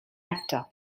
actor